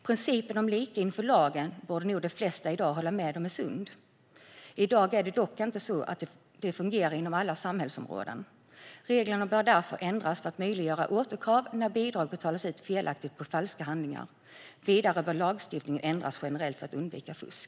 De flesta borde nog hålla med om att principen om lika inför lagen är sund. I dag fungerar det dock inte på det sättet inom alla samhällsområden. Reglerna bör därför ändras för att möjliggöra återkrav när bidrag betalats ut felaktigt baserat på falska handlingar. Vidare bör lagstiftningen ändras generellt för att undvika fusk.